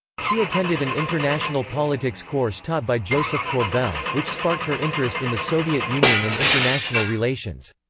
she attended an international politics course taught by josef korbel, which sparked her interest in the soviet union and international relations.